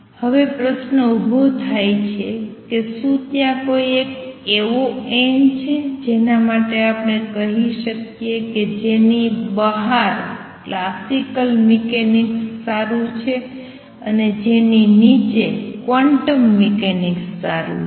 હવે પ્રશ્ન ઉભો થાય છે કે શું ત્યાં કોઈ એક એવો n છે જેના માટે આપણે કહી શકીએ કે જેની બહારઉપર ક્લાસિકલ મિકેનિક્સ સારું છે અને જેની નીચે ક્વોન્ટમ મિકેનિક્સ સારું છે